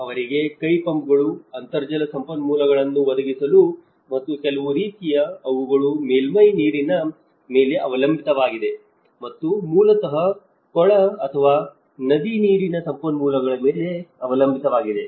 ಅವರಿಗೆ ಕೈ ಪಂಪ್ಗಳು ಅಂತರ್ಜಲ ಸಂಪನ್ಮೂಲಗಳನ್ನು ಒದಗಿಸಲು ಮತ್ತು ಕೆಲವು ರೀತಿಯ ಅವುಗಳು ಮೇಲ್ಮೈ ನೀರಿನ ಮೇಲೆ ಅವಲಂಬಿತವಾಗಿದೆ ಅದು ಮೂಲತಃ ಕೊಳ ಅಥವಾ ನದಿ ನೀರಿನ ಸಂಪನ್ಮೂಲಗಳ ಮೇಲೆ ಅವಲಂಬಿತವಾಗಿದೆ